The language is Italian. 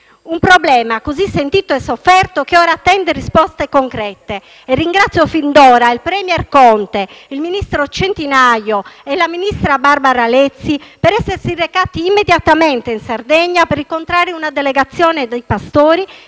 un problema tanto sentito e sofferto che ora attende risposte concrete. Ringrazio fin d'ora il *premier* Conte, i ministri Centinaio e Lezzi per essersi recati immediatamente in Sardegna per incontrare una delegazione di pastori